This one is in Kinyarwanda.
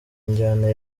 injyana